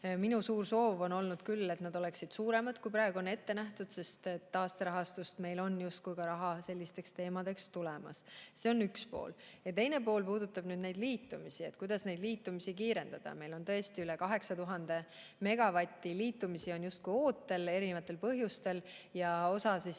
Minu suur soov on olnud küll, et need oleksid suuremad, kui praegu on ette nähtud, sest taasterahastust meil on justkui raha sellisteks teemadeks tulemas. See on üks pool. Teine pool puudutab liitumisi, kuidas neid kiirendada. Meil on tõesti üle 8000 megavati võrra liitumisi justkui ootel, erinevatel põhjustel. Osa